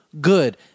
good